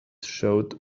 showed